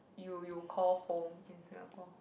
you you call home in Singapore